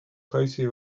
closely